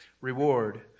reward